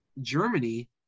Germany